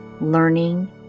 learning